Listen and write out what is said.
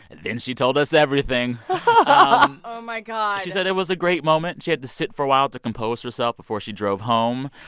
then she told us everything oh, my god she said it was a great moment. she had to sit for a while to compose herself before she drove home.